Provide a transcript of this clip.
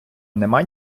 нема